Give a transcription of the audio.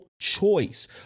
choice